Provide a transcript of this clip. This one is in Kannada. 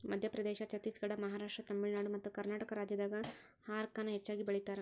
ಮಧ್ಯಪ್ರದೇಶ, ಛತ್ತೇಸಗಡ, ಮಹಾರಾಷ್ಟ್ರ, ತಮಿಳುನಾಡು ಮತ್ತಕರ್ನಾಟಕ ರಾಜ್ಯದಾಗ ಹಾರಕ ನ ಹೆಚ್ಚಗಿ ಬೆಳೇತಾರ